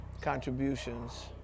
contributions